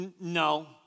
No